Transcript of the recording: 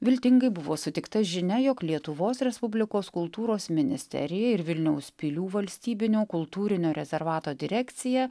viltingai buvo sutikta žinia jog lietuvos respublikos kultūros ministerija ir vilniaus pilių valstybinio kultūrinio rezervato direkcija